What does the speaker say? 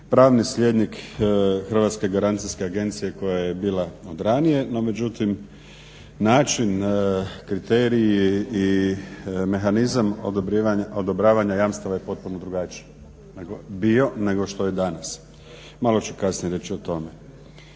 pravni sljednik Hrvatske garancijske agencije koja je bila od ranije. No međutim, način, kriteriji i mehanizam odobravanja jamstava je potpuno drugačiji bio nego što je danas. Malo ću kasnije reći o tome.